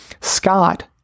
Scott